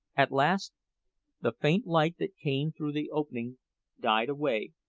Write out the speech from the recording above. at last the faint light that came through the opening died away,